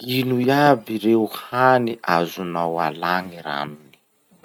Ino iaby ireo hany azonao alà gny ranony?